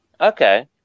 Okay